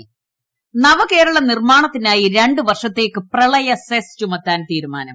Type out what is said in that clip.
പ് നവകേരള നിർമാണത്തിനായി രണ്ടുവർഷത്തേയ്ക്ക് പ്രളയ സെസ് ചുമത്താൻ തീരുമാനം